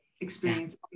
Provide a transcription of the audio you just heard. experience